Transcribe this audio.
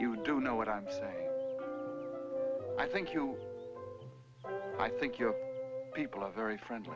you don't know what i'm saying i think you i think your people are very friendly